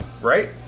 right